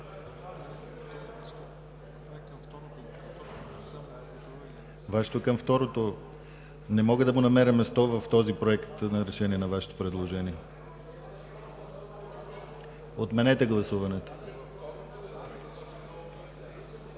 Вашето е към второто, не мога да му намеря място в този Проект на решение на Вашето предложение. (Шум и реплики). Отменете гласуването.